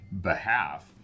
behalf